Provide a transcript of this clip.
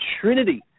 Trinity